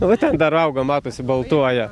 va ten dar auga matosi baltuoja